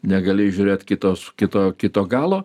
negali žiūrėt kitos kito kito galo